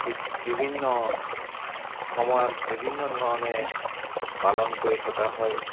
বিভিন্ন সময়ত বিভিন্ন ধৰণে পালন কৰি থকা হয়